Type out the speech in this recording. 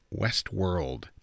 Westworld